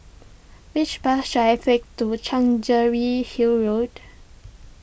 which bus should I take to Chancery Hill Road